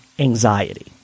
Anxiety